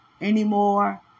anymore